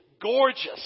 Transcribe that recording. gorgeous